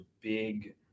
big